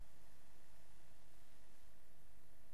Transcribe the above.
אנחנו